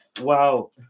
wow